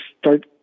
start